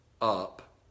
up